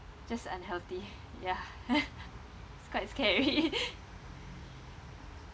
just unhealthy ya it's quite scary